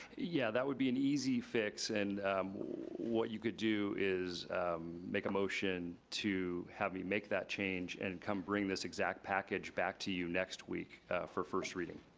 yeah, that would be an easy fix, and what you could do is make a motion to have me make that change and come bring this this exact package back to you next week for first reading.